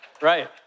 Right